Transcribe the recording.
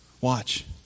Watch